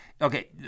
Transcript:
okay